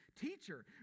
Teacher